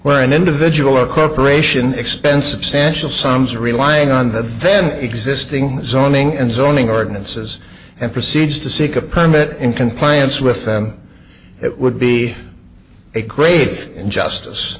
where an individual or corporation expense abstentions sums relying on the van existing zoning and zoning ordinances and proceeds to seek a permit in compliance with them it would be a grave injustice